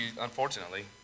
unfortunately